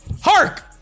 Hark